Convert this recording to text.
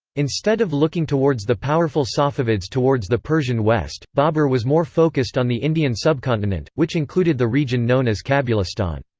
instead of looking towards the powerful safavids towards the persian west, babur was more focused on the indian subcontinent, which included the region known as kabulistan.